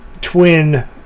twin